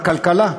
שר הכלכלה,